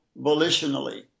volitionally